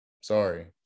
Sorry